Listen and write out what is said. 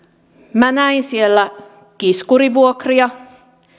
minä näin siellä kiskurivuokria